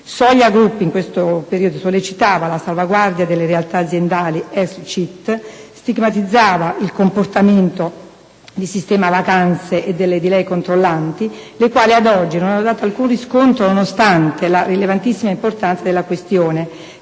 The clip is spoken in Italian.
Soglia Group sollecitava la salvaguardia delle realtà aziendali ex CIT e stigmatizzava il comportamento di Sistema Vacanze e delle di lei controllanti, le quali, ad oggi, non hanno fornito alcun riscontro, nonostante la rilevantissima importanza della questione,